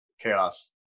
chaos